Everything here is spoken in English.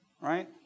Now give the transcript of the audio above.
right